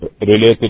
related